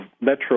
metro